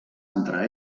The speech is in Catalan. entre